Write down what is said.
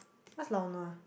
what's lao-nua